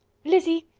lizzy,